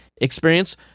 experience